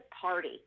party